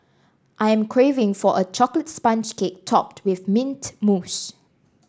I am craving for a chocolate sponge cake topped with mint mousse